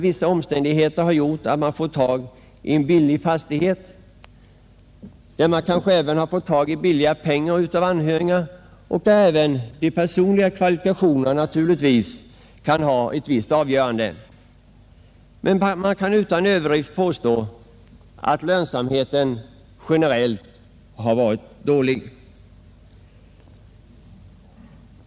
Vissa omständigheter har exempelvis gjort att man har fått tag i en billig fastighet, och man har kanske även lyckats komma över billiga pengar av anhöriga, och även de personliga kvalifikationerna kan naturligtvis ha ett visst avgörande. Men det kan utan överdrift påstås, att lönsamheten generellt har varit dålig.